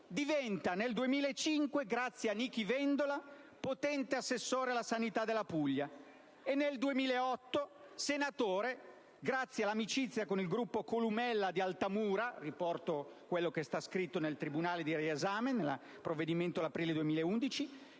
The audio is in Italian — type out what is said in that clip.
diventa nel 2005, grazie a Nichi Vendola, potente assessore alla sanità della Puglia, e nel 2008 senatore, grazie all'amicizia con il gruppo Columella di Altamura (riporto quello che è scritto nel provvedimento dell'aprile 2011